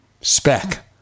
spec